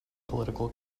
political